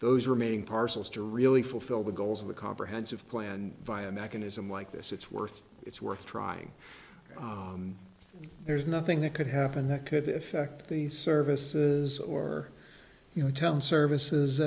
those remaining parcels to really fulfill the goals of the comprehensive plan via a mechanism like this it's worth it's worth trying there's nothing that could happen that could affect the services or you know tell services